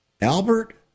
Albert